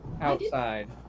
outside